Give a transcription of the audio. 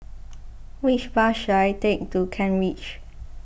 which bus should I take to Kent Ridge